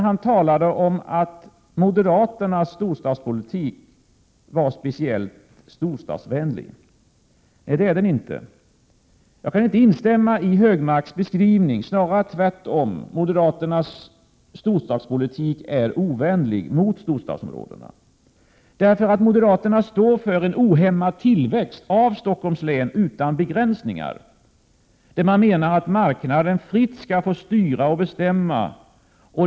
Han talade om att moderaternas storstadspolitik var speciellt storstadsvänlig. Nej, det är den inte! Jag kan inte instämma i Anders Högmarks beskrivning, snarare tvärtom. Moderaternas storstadspolitik är ovänlig mot storstadsområdena. Moderaterna står för en ohämmad tillväxt av Stockholms län, utan begränsningar. Man menar att marknaden fritt skall få styra och bestämma.